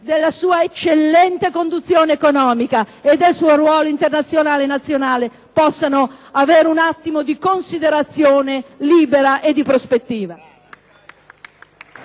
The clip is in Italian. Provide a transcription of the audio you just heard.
della sua eccellente conduzione economica e del suo ruolo internazionale e nazionale, possano avere un attimo di considerazione libera e di prospettiva.